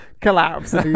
collapse